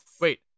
Wait